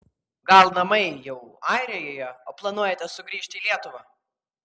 gal namai jau airijoje o planuojate sugrįžti į lietuvą